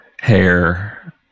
hair